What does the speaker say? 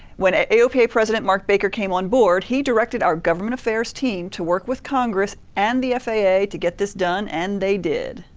when ah aopa president mark baker came on board, he directed our government affairs team to work with congress and the faa to get this done and they did.